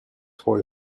hoy